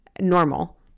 normal